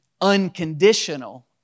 unconditional